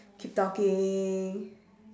keep talking